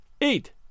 eight